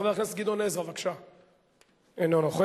חבר הכנסת גדעון עזרא, אינו נוכח.